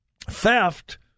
theft